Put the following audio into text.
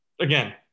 Again